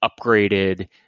upgraded